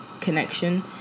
connection